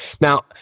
Now